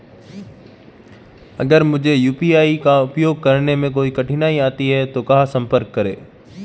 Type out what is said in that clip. अगर मुझे यू.पी.आई का उपयोग करने में कोई कठिनाई आती है तो कहां संपर्क करें?